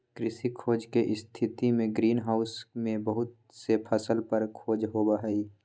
कृषि खोज के स्थितिमें ग्रीन हाउस में बहुत से फसल पर खोज होबा हई